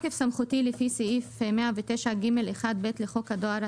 בתוקף סמכותי לפי סעיף 109ג1(ב) לחוק הדואר,